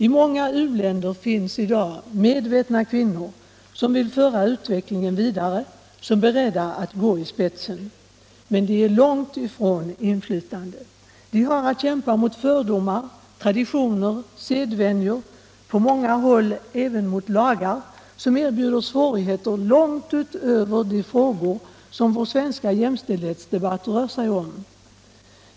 I många u-länder finns i dag medvetna kvinnor som vill föra utvecklingen vidare, som är beredda att gå i spetsen. Men de är ännu långt ifrån inflytande. De har att kämpa mot fördomar, traditioner och sedvänjor, på många håll även mot lagar som erbjuder svårigheter långt utöver de frågor som vår svenska jämställdhetsdebatu rör sig om.